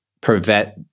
prevent